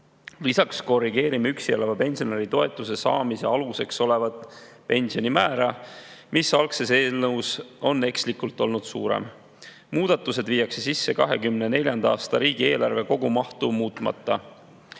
Lisaks korrigeerime üksi elava pensionäri toetuse saamise aluseks olevat pensionimäära, mis algses eelnõus oli ekslikult suurem. Muudatused viiakse sisse 2024. aasta riigieelarve kogumahtu muutmata.